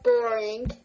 boring